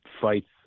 fights